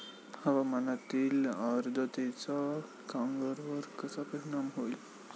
हवामानातील आर्द्रतेचा कांद्यावर कसा परिणाम होईल?